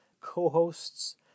co-hosts